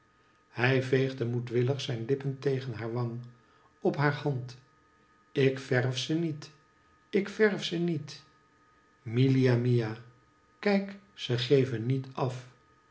hij veegde moedwillig zijn lippen tegen haar wang op haar hand ik verf zeniet ik verf ze niet milia mia kijk ze geven niet af